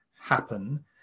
happen